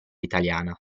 italiana